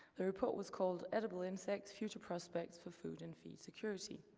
the report was called edible insects future prospects for food and feed security.